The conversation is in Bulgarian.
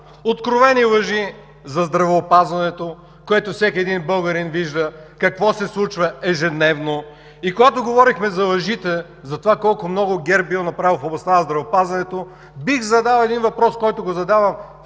Откровени лъжи за здравеопазването, в което всеки българин вижда ежедневно какво се случва. И когато говорехме за лъжите – колко много ГЕРБ бил направил в областта на здравеопазването, бих задал един въпрос, който го задавам